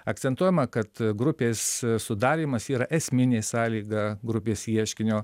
akcentuojama kad grupės sudarymas yra esminė sąlyga grupės ieškinio